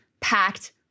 packed